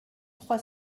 trois